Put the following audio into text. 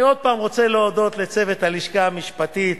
אני עוד פעם רוצה להודות לצוות הלשכה המשפטית,